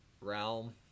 realm